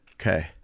Okay